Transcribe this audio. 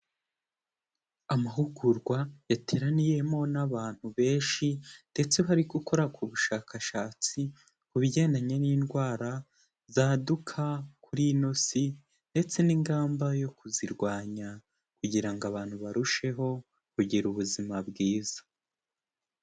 Amahugurwa yateraniyemo n'abantu benshi ndetse bari gukora ku bushakashatsi, ku bigendanye n'indwara zaduka kuri ino si ndetse n'ingamba yo kuzirwanya kugira ngo abantu barusheho kugira ubuzima bwiza.